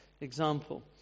example